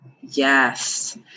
yes